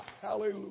Hallelujah